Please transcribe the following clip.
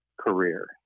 career